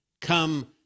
Come